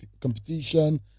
Competition